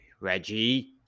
Reggie